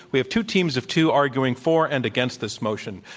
we have two teams of two arguing for and against this motion.